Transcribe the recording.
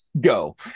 go